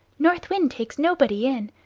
north wind takes nobody in!